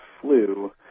flu